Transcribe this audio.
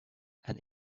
and